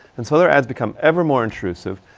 and so their ads become ever more intrusive,